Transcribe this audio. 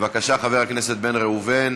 בבקשה, חבר הכנסת בן ראובן.